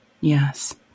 Yes